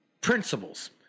principles